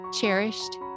cherished